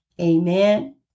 Amen